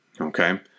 okay